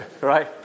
right